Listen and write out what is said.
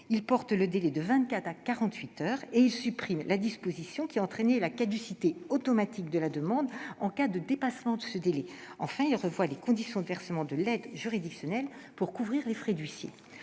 heures à quarante-huit heures et supprime la disposition qui entraînait la caducité automatique de la demande en cas de dépassement de ce délai. Enfin, il revoit les conditions de versement de l'aide juridictionnelle pour couvrir les frais d'huissier.